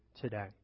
today